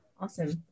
Awesome